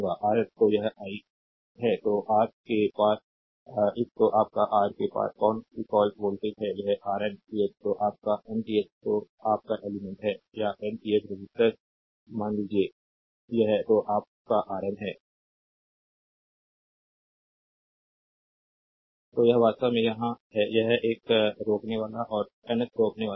Rn तक तो यह आई है तो आर के पार इस तो आप का R के पार कौन सी कॉल वोल्टेज है यह Rnth तो आप का nth तो आप का एलिमेंट है या nth रेसिस्टोर मान लीजिए यह तो आप का Rn है तो यह वास्तव में यहाँ है यह एक एन रोकनेवाला और Nth रोकनेवाला है